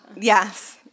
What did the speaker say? Yes